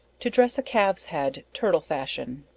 to dress a calve's head. turtle fashion.